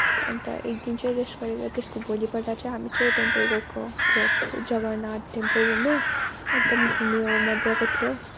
अन्त एकदिन चाहिँ रेस्ट गरेर त्यस्को भोलिपल्ट चाहिँ हामी चाहिँ टेम्पल गएको थियो जगन्नाथ टेम्पल भन्ने अन्त मेयो मज्जाको थियो